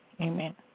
Amen